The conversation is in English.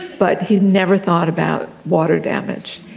but he never thought about water damage.